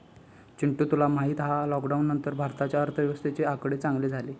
चिंटू तुका माहित हा लॉकडाउन नंतर भारताच्या अर्थव्यवस्थेचे आकडे चांगले झाले